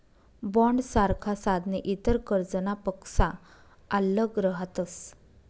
बॉण्डसारखा साधने इतर कर्जनापक्सा आल्लग रहातस